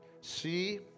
see